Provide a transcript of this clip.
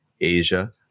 Asia